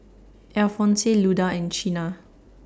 Alphonse Luda and Chynna